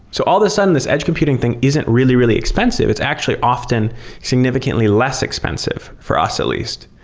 so all the sudden, this edge computing thing isn't really, really expensive. it's actually often significantly less expensive, for us at least,